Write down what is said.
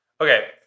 Okay